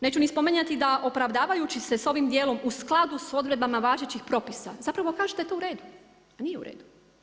Neću ni spominjati da opravdavajući se sa ovim dijelom u skladu sa odredbama važećih propisa zapravo kažete da je to u redu a nije u redu.